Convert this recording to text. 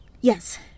Yes